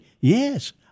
yes